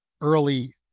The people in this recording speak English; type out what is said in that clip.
early